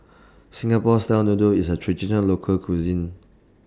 Singapore Style Noodles IS A Traditional Local Cuisine